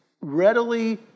readily